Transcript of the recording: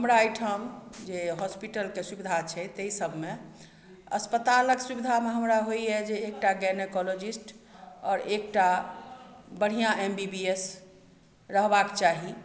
हमरा एहिठाम जे हॉस्पिटल के सुविधा छै ताहि सब मे अस्पतालक सुविधा मे हमरा होइया जे एकटा गायनोकोलॉजिस्ट आओर एकटा बढ़िऑं एम बी बी एस रहबाक चाही